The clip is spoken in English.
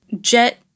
Jet